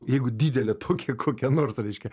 jeigu didelė tokia kokia nors reiškia